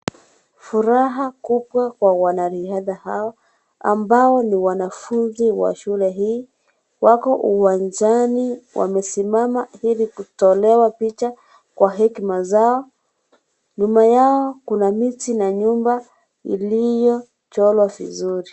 Furaha kubwa kwa wanariadha hawa ambao ni wanafunzi wa shule hii wako uwanjani wamesimama ili kutolewa picha kwa hekima zao nyuma yao kuna miti na nyumba iliyo chorwa vizuri.